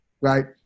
right